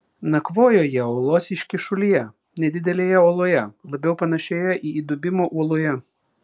nakvojo jie uolos iškyšulyje nedidelėje oloje labiau panašioje į įdubimą uoloje